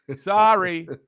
Sorry